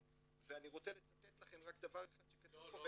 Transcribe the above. ואני רוצה לצטט לכם דבר אחד --- לא,